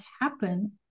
happen